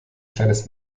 kleines